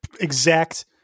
exact